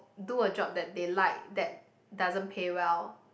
do a job that they like that doesn't pay well